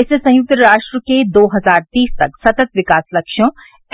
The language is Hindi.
इससे संयुक्त राष्ट्र के दो हजार तीस तक सतत विकास लक्ष्यों